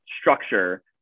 structure